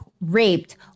raped